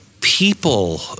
people